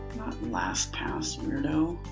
last pass. weirdo.